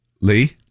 Lee